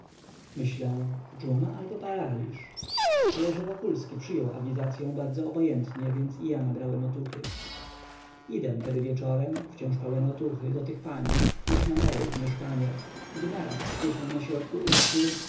myślę dżuma albo paraliż ale że wokulski przyjął awizacyą bardzo obojętnie więc i ja nabrałem otuchy idę tedy wieczorem wciąż pełen otuchy do tych pań już na nowe ich mieszkanie gdy naraz słyszę na środku ulicy